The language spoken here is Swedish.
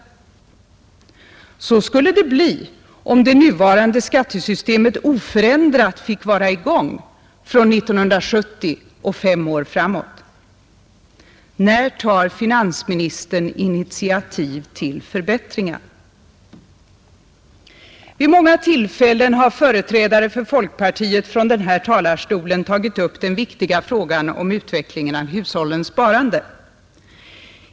Så skulle det bli, om det nuvarande skattesystemet oförändrat fick vara i gång från 1970 och fem år framåt. När tar finansministern initiativ till förbättringar? Vid många tillfällen har företrädare för folkpartiet från den här talarstolen tagit upp den viktiga frågan om utvecklingen av hushållens sparande.